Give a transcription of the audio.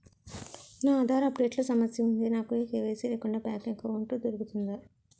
నా Aadhaar update లో సమస్య వుంది నాకు కే.వై.సీ లేకుండా బ్యాంక్ ఎకౌంట్దొ రుకుతుందా?